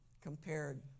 compared